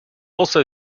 also